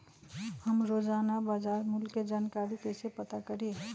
हम रोजाना बाजार मूल्य के जानकारी कईसे पता करी?